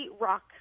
rock